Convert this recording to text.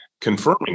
confirming